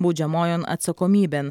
baudžiamojon atsakomybėn